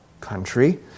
country